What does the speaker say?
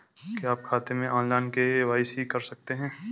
क्या खाते में ऑनलाइन के.वाई.सी कर सकते हैं?